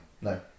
No